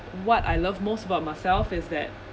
what I love most about myself is that